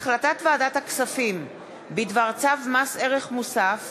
מאת חברות הכנסת מרב מיכאלי,